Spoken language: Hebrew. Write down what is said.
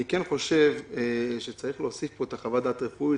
אני כן חושב שצריך להוסיף פה את חוות הדעת הרפואית.